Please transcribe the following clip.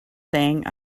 saying